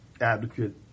advocate